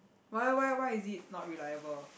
why why why is it not reliable